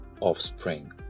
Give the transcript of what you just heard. offspring